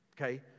okay